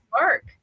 work